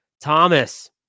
Thomas